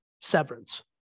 severance